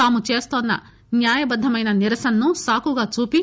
తాము చేస్తోన్న న్యాయబద్దమైన నిరసనను సాకుగా చూపి